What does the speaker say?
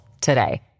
today